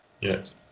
Yes